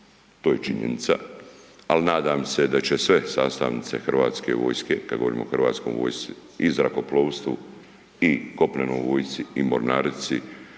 to je činjenica ali nadam se da će sve sastavnice hrvatske vojske kad govorimo o hrvatskoj vojsci i zrakoplovstvu i kopnenoj vojsci i mornarici